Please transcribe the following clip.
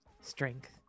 strength